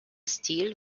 stil